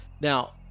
Now